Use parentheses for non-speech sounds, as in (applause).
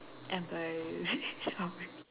embarrassing (laughs) story